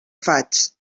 faig